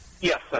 Yes